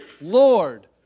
Lord